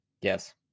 Yes